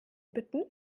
bitten